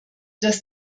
dass